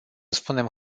spunem